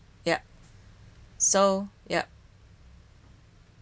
yup so yup